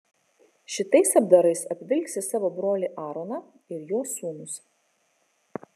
šitais apdarais apvilksi savo brolį aaroną ir jo sūnus